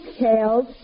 tails